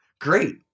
great